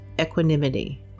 equanimity